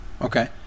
Okay